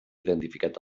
identificat